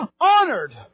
honored